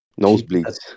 nosebleeds